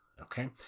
Okay